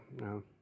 no